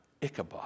Ichabod